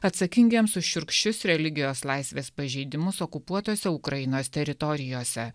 atsakingiems už šiurkščius religijos laisvės pažeidimus okupuotose ukrainos teritorijose